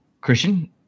Christian